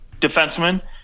defenseman